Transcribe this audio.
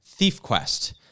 ThiefQuest